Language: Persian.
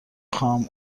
خواهم